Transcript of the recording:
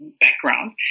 background